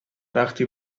وقتی